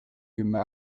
kümme